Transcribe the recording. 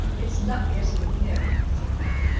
it's luck getting in here, said noel.